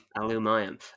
Aluminium